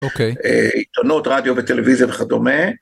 אוקיי. עיתונות, רדיו וטלוויזיה וכדומה.